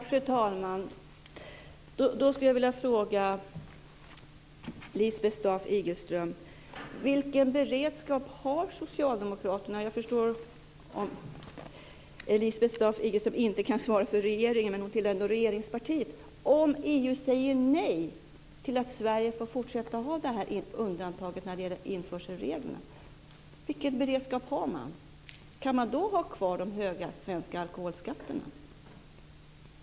Fru talman! Då vill jag ställa en fråga till Lisbeth Staaf-Igelström. Vilken beredskap har socialdemokraterna - jag förstår att hon inte kan svara för regeringen men hon tillhör ändå regeringspartiet - om EU säger nej till att Sverige får fortsätta att ha detta undantag när det gäller införselreglerna? Vilken beredskap har socialdemokraterna? Kan man då ha kvar de höga svenska alkolholskatterna?